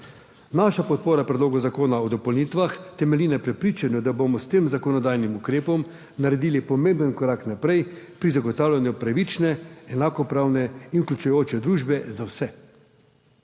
Naša podpora predlogu zakona o dopolnitvah temelji na prepričanju, da bomo s tem zakonodajnim ukrepom naredili pomemben korak naprej pri zagotavljanju pravične, enakopravne in vključujoče družbe za vse.